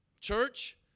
Church